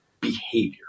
behavior